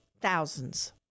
thousands